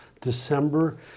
December